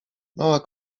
mała